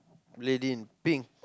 lady in pink